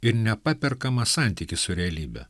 ir nepaperkamą santykį su realybe